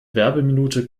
werbeminute